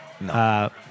No